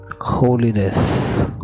Holiness